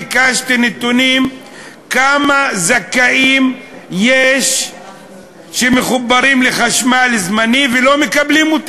ביקשתי נתונים כמה זכאים מחוברים לחשמל זמני ולא מקבלים את